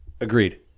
Agreed